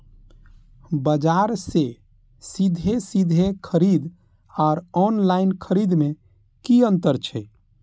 बजार से सीधे सीधे खरीद आर ऑनलाइन खरीद में की अंतर छै?